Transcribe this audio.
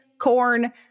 corn